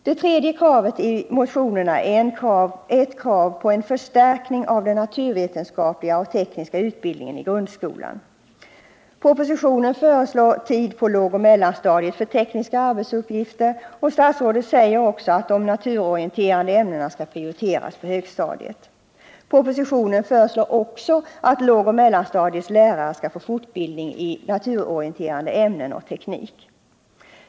Det tredje kravet i motionerna är förstärkning av den naturvetenskapliga och tekniska utbildningen i grundskolan. Propositionen föreslår tid på lågoch mellanstadiet för tekniska arbetsuppgifter, och statsrådet säger också att de naturorienterande ämnena skall prioriteras på högstadiet. Propositionen föreslår att lågoch mellanstadiets lärare skall få fortbildning i naturorienterande ämnen och teknik.